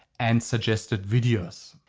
and suggested videos.